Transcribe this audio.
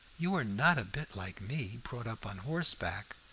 you are not a bit like me, brought up on horseback.